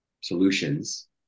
solutions